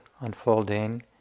unfolding